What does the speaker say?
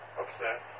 upset